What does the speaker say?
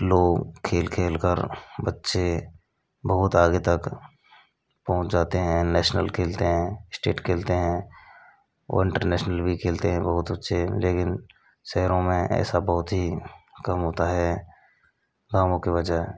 लोग खेल खेलकर बच्चे बहुत आगे तक पहुँच जाते हैं नेशनल खेलते हैं स्टेट खेलते हैं और इंटरनेशनल भी खेलते हैं बहुत अच्छे लेकिन शहरों में ऐसा बहुत ही कम होता है कामों के वजह